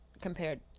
compared